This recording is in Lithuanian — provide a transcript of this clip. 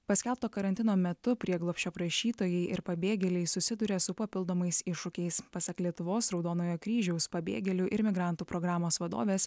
paskelbto karantino metu prieglobsčio prašytojai ir pabėgėliai susiduria su papildomais iššūkiais pasak lietuvos raudonojo kryžiaus pabėgėlių ir migrantų programos vadovės